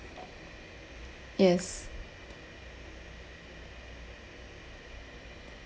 yes